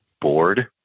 board